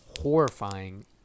horrifying